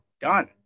done